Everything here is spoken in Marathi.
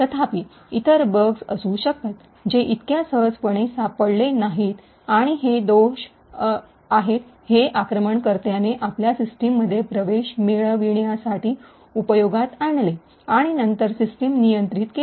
तथापि इतर बग्स असू शकतात जे इतक्या सहजपणे सापडले नाहीत आणि हे असे दोष आहेत जे आक्रमणकर्त्याने आपल्या सिस्टममध्ये प्रवेश मिळविण्यासाठी उपयोगात आणले आणि नंतर सिस्टम नियंत्रित केले